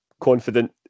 confident